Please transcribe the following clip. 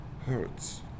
hurts